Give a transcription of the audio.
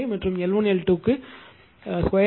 5 மற்றும் L1 L2 க்கு √ 0